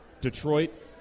Detroit